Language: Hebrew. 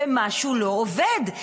ומשהו לא עובד,